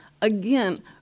again